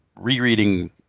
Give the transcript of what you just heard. rereading